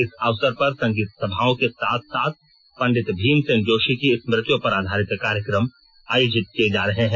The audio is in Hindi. इस अवसर पर संगीत सभाओं के साथ साथ पंडित भीमसेन जोशी की स्मृतियों पर आधारित कार्यक्रम आयोजित किये जा रहे हैं